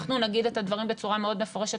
אנחנו נגיד את הדברים בצורה מאוד מפורשת